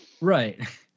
Right